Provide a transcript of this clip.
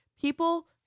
people